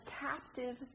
captive